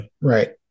Right